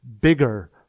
bigger